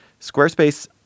Squarespace